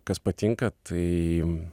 kas patinka tai